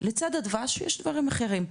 לצד הדבש יש דברים אחרים.